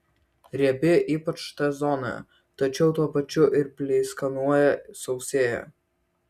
riebi ypač t zonoje tačiau tuo pačiu ir pleiskanoja sausėja